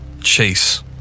Chase